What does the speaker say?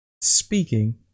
speaking